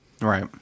Right